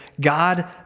God